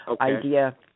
idea